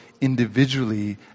individually